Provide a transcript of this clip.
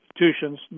institutions